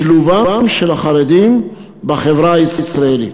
שילובם של החרדים בחברה הישראלית.